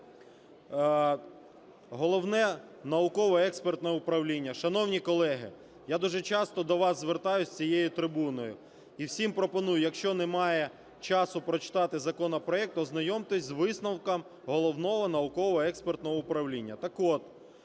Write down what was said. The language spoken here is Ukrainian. Головне науково-експертне управління… Шановні колеги, я дуже часто до вас звертаюсь з цієї трибуни, і всім пропоную, якщо немає часу прочитати законопроект, то ознайомтесь з висновком Головного науково-експертного управління.